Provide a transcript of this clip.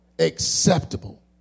Acceptable